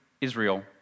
Israel